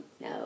No